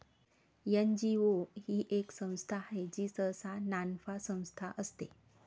NGO ही एक संस्था आहे जी सहसा नानफा संस्था असते